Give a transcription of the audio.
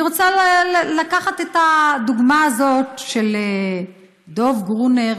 אני רוצה לקחת את הדוגמה הזאת של דב גרונר